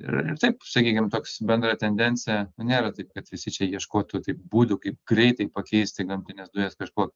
ir taip sakykim toks bendra tendencija nėra taip kad visi čia ieškotų tai būdų kaip greitai pakeisti gamtines dujas kažkuo